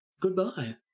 goodbye